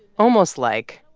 almost like,